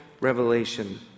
revelation